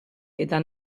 eta